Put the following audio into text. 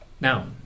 Now